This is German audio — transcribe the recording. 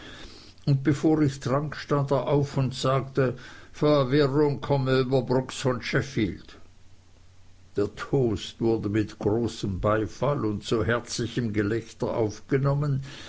und bevor ich trank stand er auf und sagte verwirrung komme über brooks von sheffield der toast wurde mit großem beifall und so herzlichem gelächter aufgenommen